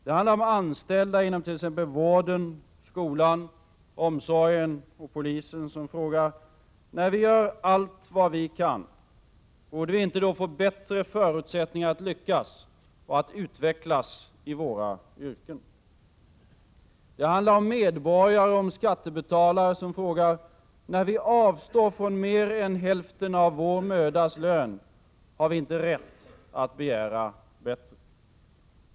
Det handlar om anställda inom t.ex. vården, skolan, omsorgen och polisen som frågar: När vi gör allt vi kan, borde vi inte få bättre förutsättningar att lyckas och utvecklas i våra yrken? Det handlar om medborgare och skattebetalare som frågar: När vi avstår från mer än hälften av vår mödas lön, har vi inte rätt att begära bättre?